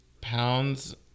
pounds